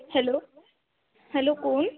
hello hello कोण